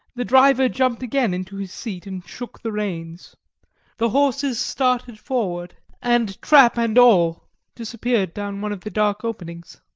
the driver jumped again into his seat and shook the reins the horses started forward, and trap and all disappeared down one of the dark openings.